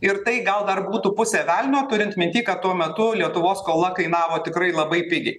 ir tai gal dar būtų pusė velnio turint minty kad tuo metu lietuvos skola kainavo tikrai labai pigiai